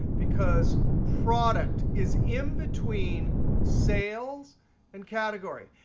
because product is in between sales and category.